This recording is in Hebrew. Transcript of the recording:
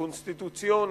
הקונסטיטוציוניות,